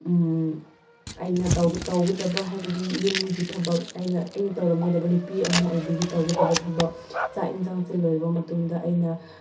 ꯑꯩꯅ ꯇꯧꯕ ꯇꯧꯒꯗꯕ ꯍꯥꯏꯕꯗꯤ ꯌꯨꯝꯒꯤ ꯊꯕꯛ ꯑꯩꯅ ꯑꯩꯅ ꯇꯧꯔꯝꯒꯗꯕ ꯅꯨꯄꯤ ꯑꯃ ꯑꯣꯏꯕꯒꯤ ꯇꯧꯒꯗꯕ ꯊꯕꯛ ꯆꯥꯛ ꯌꯦꯟꯁꯥꯡꯁꯦ ꯂꯣꯏꯔꯕ ꯃꯇꯨꯡꯗ ꯑꯩꯅ